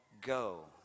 go